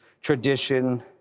tradition